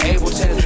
Ableton